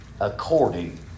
According